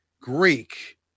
Greek